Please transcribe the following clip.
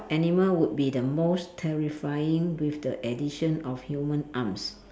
animal would be the most terrifying with the addition of human arms